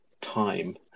time